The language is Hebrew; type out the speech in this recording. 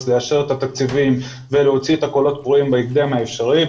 לאשר את התקציבים ולהוציא את הקולות קוראים בהקדם האפשרי.